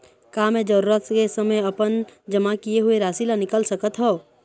का मैं जरूरत के समय अपन जमा किए हुए राशि ला निकाल सकत हव?